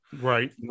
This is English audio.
right